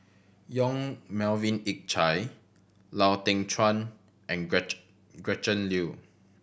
Yong Melvin Yik Chye Lau Teng Chuan and Gretchen Liu